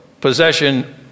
possession